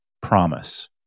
promise